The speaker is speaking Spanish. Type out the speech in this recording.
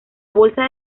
bolsa